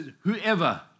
whoever